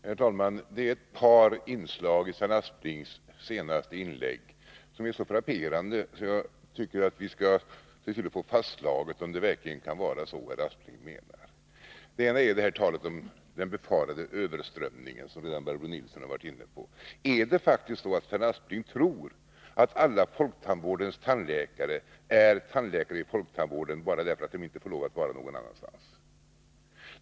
Herr talman! Det är ett par inslag i Sven Asplings senaste inlägg som är så fapperande att jag tycker att vi skulle få fastslaget om Sven Aspling privatpraktiseverkligen menar vad han säger. rande tandläkare Det gäller talet om den befarade överströmningen som Barbro Nilsson i —;;]] tandvårdsför Visby har varit inne på. Tror verkligen Sven Aspling att alla som är tandläkare i folktandvården är det bara därför att de inte får lov att vara tandläkare någon annanstans?